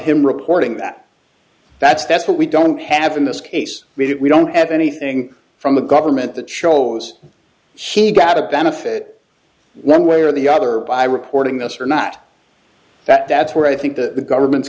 him reporting that that's that's what we don't have in this case we don't have anything from the government that shows she got a benefit one way or the other by reporting this or not that that's where i think that the government's